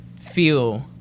feel